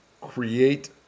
create